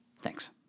Thanks